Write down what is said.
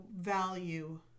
value